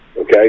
Okay